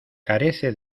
carece